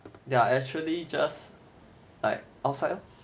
there are actually just like outside lor